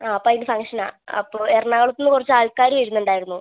അപ്പോൾ അതിൻ്റെ ഫങ്ക്ഷൻ ആണ് അപ്പോൾ എറണാകുളത്തുനിന്ന് കുറച്ച് ആൾക്കാർ വരുന്നുണ്ടായിരുന്നു